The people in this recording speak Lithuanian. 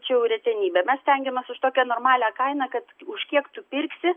čia jau retenybė mes stengiamės už tokią normalią kainą kad už kiek tu pirksi